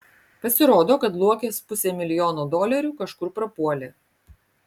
pasirodo kad luokės pusė milijono dolerių kažkur prapuolė